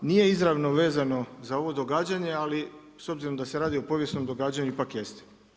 Nije izravno vezano za ovo događanje, ali s obzorom da se radi o povijesnom događanju, ipak jest.